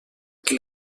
que